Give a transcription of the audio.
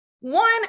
One